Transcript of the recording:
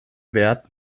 wert